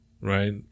right